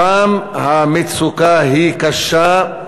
שם המצוקה היא קשה,